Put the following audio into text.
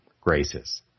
graces